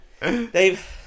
Dave